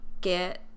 get